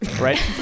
right